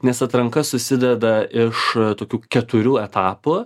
nes atranka susideda iš tokių keturių etapų